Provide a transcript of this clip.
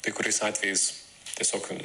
kai kuriais atvejais tiesiog